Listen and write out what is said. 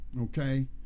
Okay